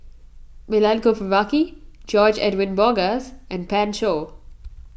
Milenko Prvacki George Edwin Bogaars and Pan Shou